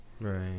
Right